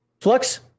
flux